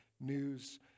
news